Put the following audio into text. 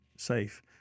safe